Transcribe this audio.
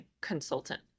consultant